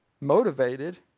motivated